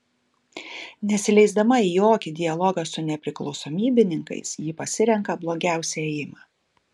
nesileisdama į jokį dialogą su nepriklausomybininkais ji pasirenka blogiausią ėjimą